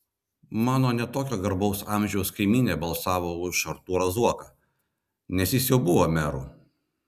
mano ne tokio garbaus amžiaus kaimynė balsavo už artūrą zuoką nes jis jau buvo meru